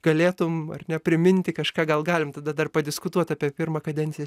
galėtum ar ne priminti kažką gal galim tada dar padiskutuot apie pirmą kadenciją